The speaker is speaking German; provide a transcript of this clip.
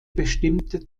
bestimmte